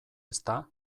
ezta